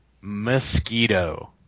Mosquito